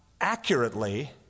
accurately